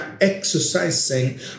exercising